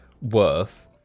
worth